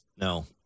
No